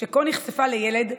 שכה נכספה לילד,